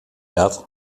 dat